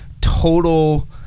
Total